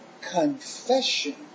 confession